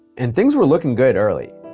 and things were looking good early.